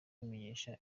bamenyesha